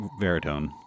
veritone